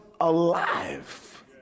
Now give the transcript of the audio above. alive